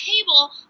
table